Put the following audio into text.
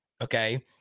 Okay